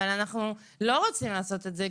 אבל אנחנו לא רוצים לעשות את זה,